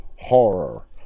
horror